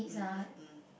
mmhmm mmhmm